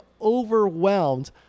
overwhelmed